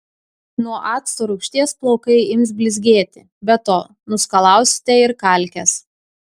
nuo acto rūgšties plaukai ims blizgėti be to nuskalausite ir kalkes